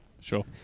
sure